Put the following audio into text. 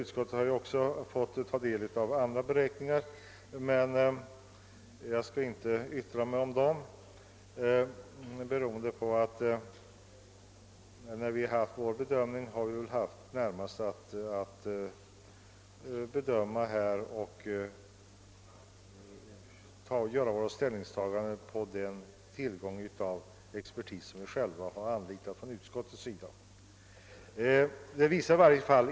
Utskottet har också fått ta del av andra beräkningar, men jag skall inte yttra mig om dem eftersom utskottets ställningstagande har grundat sig på uttalanden av den expertis som utskottet självt har anlitat.